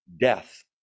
death